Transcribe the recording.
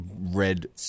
red